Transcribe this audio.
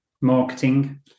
marketing